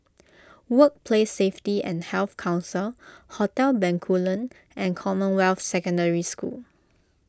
Workplace Safety and Health Council Hotel Bencoolen and Commonwealth Secondary School